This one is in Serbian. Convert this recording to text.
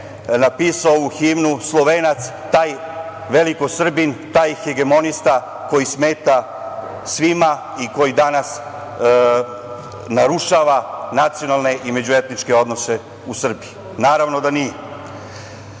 napisao ovu himnu, Slovenac, taj veliko Srbin, taj hegemonista koji smeta svima i koji danas narušava nacionalne i međuetničke odnose u Srbiji? Naravno da